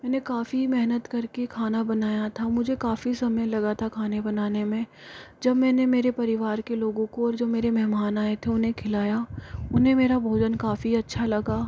मैंने काफी मेहनत करके खाना बनाया था मुझे काफी समय लगा था खाने बनाने में जब मैंने मेरे परिवार के लोगो को जो मेरे मेहमान आये थे उन्हें खिलाया उन्हे मेरा भोजन काफी अच्छा लगा